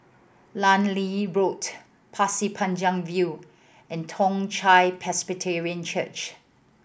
Lee Road Pasir Panjang View and Toong Chai Presbyterian Church